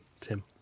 Tim